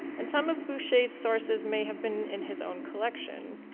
and some of boucher's sources may have been in his own collection.